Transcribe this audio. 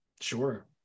Sure